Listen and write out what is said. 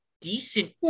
decent